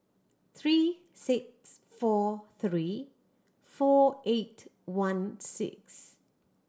three six four three four eight one six